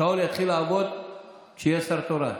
השעון יתחיל לעבוד כשיהיה שר תורן.